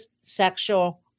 sexual